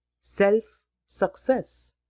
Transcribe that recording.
self-success